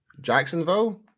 Jacksonville